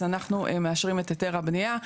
אז אנחנו מאשרים את היתר הבנייה.